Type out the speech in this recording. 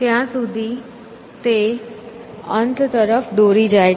ત્યાં સુધી તે અંત તરફ દોરી જાય છે